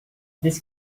this